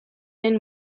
den